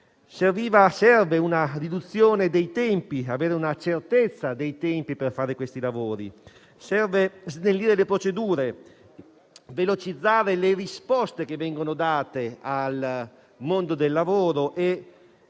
Serve una riduzione dei tempi, avere una certezza dei tempi per fare questi lavori. Serve snellire le procedure, velocizzare le risposte che vengono date al mondo del lavoro,